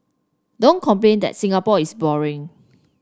don't complain that Singapore is boring